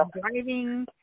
driving